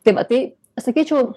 tai va tai sakyčiau